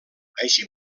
així